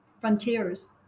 frontiers